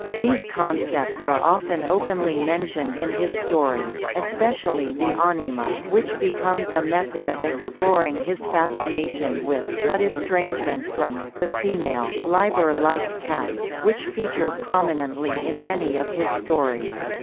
these concepts are often openly mentioned in his stories, especially the anima, which becomes a method of exploring his fascination with, but estrangement from, the female leiber liked cats, cats, which feature prominently in many of his stories.